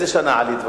באיזה שנה עלית בבקשה?